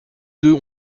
deux